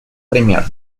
пример